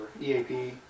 EAP